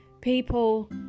people